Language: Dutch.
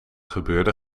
gebeurde